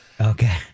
Okay